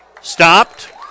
stopped